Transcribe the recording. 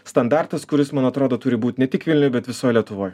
standartas kuris man atrodo turi būt ne tik vilniuj bet visoj lietuvoj